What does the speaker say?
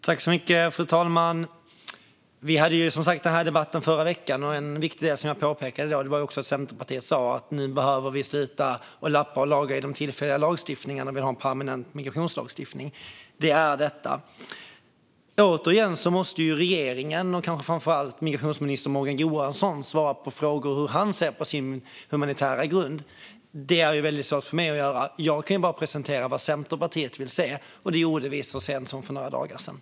Fru talman! Vi hade som sagt den här debatten i förra veckan, och en viktig del som jag påpekade då var att Centerpartiet sa att nu behöver vi sluta att lappa och laga i den tillfälliga lagstiftningen och få en permanent migrationslagstiftning. Det är detta. Återigen måste regeringen, och kanske framför allt migrationsminister Morgan Johansson, svara på frågorna om hur han ser på sin humanitära grund. Det är väldigt svårt för mig att göra det. Jag kan bara presentera vad Centerpartiet vill se, och det gjorde vi så sent som för några dagar sedan.